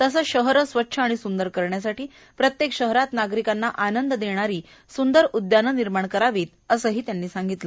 तसंच शहरे स्वच्छ आणि सुंदर करण्यासाठी प्रत्येक शहरामध्ये नागरिकांना आनंद देणारी सुंदर उद्याने निर्माण करावीत असेही त्यांनी सांगितले